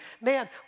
Man